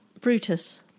Brutus